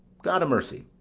god-a-mercy.